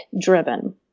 driven